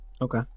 Okay